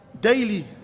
daily